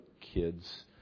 kids